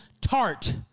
tart